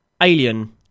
alien